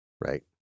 Right